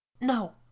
No